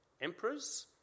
emperors